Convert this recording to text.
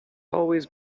always